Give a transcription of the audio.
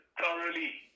thoroughly